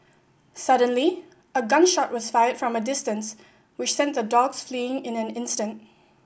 suddenly a gun shot was fired from a distance which sent the dogs fleeing in an instant